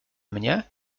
mnie